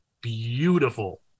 beautiful